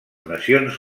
nacions